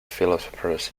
philosophers